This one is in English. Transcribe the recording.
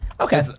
Okay